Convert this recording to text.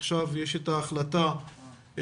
עכשיו יש את ההחלטה להחזיר,